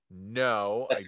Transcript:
No